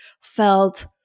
felt